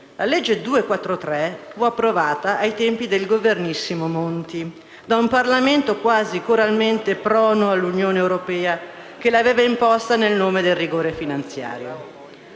legge n. 243 fu approvata, ai tempi del "Governissimo" Monti, da un Parlamento quasi coralmente prono all'Unione europea, che l'aveva imposta nel nome del rigore finanziario.